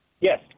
Yes